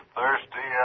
thirsty